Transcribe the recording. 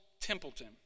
Templeton